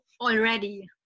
already